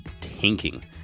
tanking